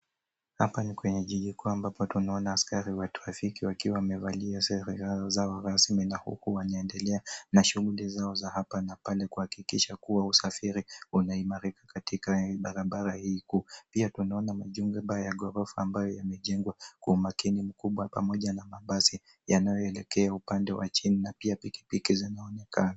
Hapa ni kwenye jiji kuu ambapo tunaona askari wa trafiki wakiwa wamevalia sare zao rasmi na huku wanaendelea na shughuli zao za hapa na pale kuhakikisha kuwa usafiri unaimarika katika barabara hii kuu. Pia tunaona majumba ya ghorofa ambayo yamejengwa kwa umakini mkubwa pamoja na mabasi yanayoelekea upande wa chini na pia pikipiki zinaonekana.